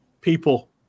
people